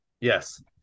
Yes